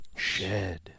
Shed